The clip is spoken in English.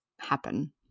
happen